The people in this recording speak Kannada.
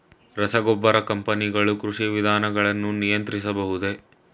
ರಸಗೊಬ್ಬರ ಕಂಪನಿಗಳು ಕೃಷಿ ವಿಧಾನಗಳನ್ನು ನಿಯಂತ್ರಿಸಬಹುದೇ?